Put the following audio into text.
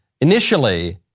Initially